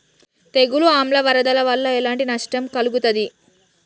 తెగులు ఆమ్ల వరదల వల్ల ఎలాంటి నష్టం కలుగుతది?